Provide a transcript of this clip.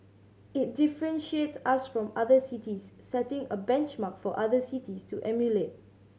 it differentiates us from other cities setting a benchmark for other cities to emulate